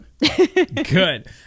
Good